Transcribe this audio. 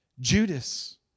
Judas